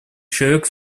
человек